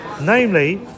namely